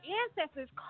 ancestors